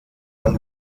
und